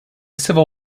civil